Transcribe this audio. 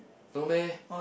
no meh